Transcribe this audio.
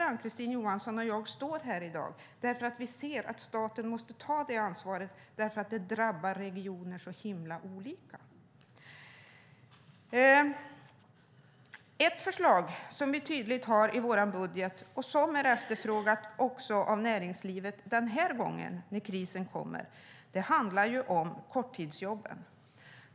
Ann-Kristine Johansson och jag står här i dag därför att vi ser att staten måste ta detta ansvar eftersom detta drabbar regioner så olika. Ett förslag som vi tydligt har i vår budget och som är efterfrågat också av näringslivet denna gång när krisen kommer handlar om korttidsjobben.